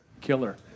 killer